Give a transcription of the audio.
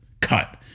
cut